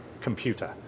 computer